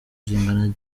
zingana